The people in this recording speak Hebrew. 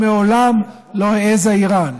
מעולם לא העזה איראן,